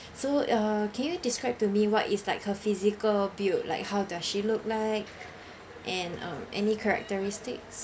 so uh can you describe to me what is like her physical build like how does she look like and um any characteristics